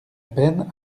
peine